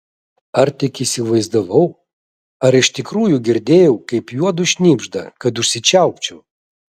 ar tik įsivaizdavau ar iš tikrųjų girdėjau kaip juodu šnibžda kad užsičiaupčiau